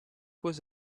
was